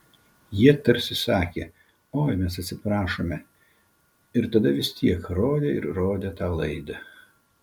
jie tarsi sakė oi mes atsiprašome ir tada vis tiek rodė ir rodė tą laidą